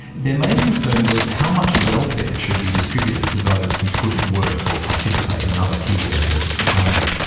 their main concern was how much welfare should be distributed to those who couldn't work or participate in other key areas of society.